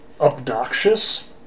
obnoxious